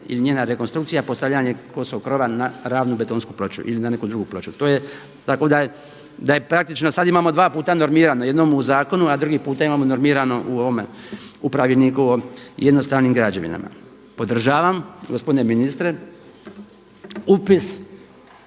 ili njena rekonstrukcija postavljanje kosog krova na ravnu betonsku ploču ili na neku drugu ploču. To je, tako da je praktično sad imamo dva puta normirano u zakonu, a drugi puta imamo normirano u ovome, u Pravilniku o jednostavnim građevinama. Podržavam gospodine ministre upis